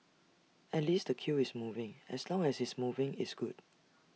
at least the queue is moving as long as it's moving it's good